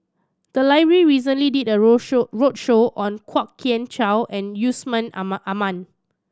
the library recently did a roadshow roadshow on Kwok Kian Chow and Yusman Aman